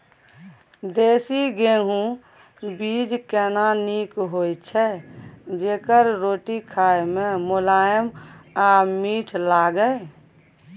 देसी गेहूँ बीज केना नीक होय छै जेकर रोटी खाय मे मुलायम आ मीठ लागय?